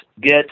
get